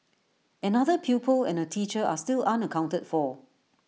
another pupil and A teacher are still unaccounted for